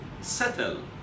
settle